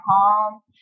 home